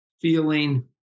feeling